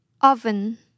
Oven